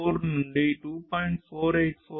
484 gigahertz 2